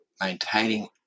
maintaining